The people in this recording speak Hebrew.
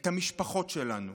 את המשפחות שלנו.